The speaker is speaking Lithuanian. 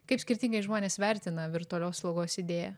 kaip skirtingai žmonės vertina virtualios slaugos idėją